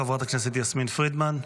חברת הכנסת יסמין פרידמן.